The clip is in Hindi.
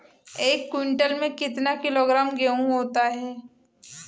एक क्विंटल में कितना किलोग्राम गेहूँ होता है?